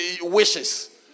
wishes